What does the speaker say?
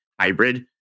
hybrid